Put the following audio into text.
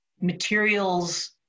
materials